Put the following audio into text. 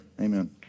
Amen